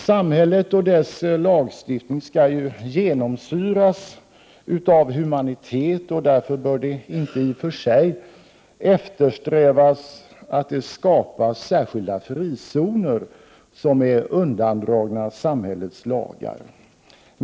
Samhället och dess lagstiftning skall ju genomsyras av humanitet, och därför bör man inte i och för sig eftersträva att det skapas särskilda frizoner, som är undandragna samhällets lagar.